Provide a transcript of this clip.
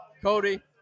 Cody